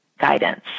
guidance